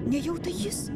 nejau tai jis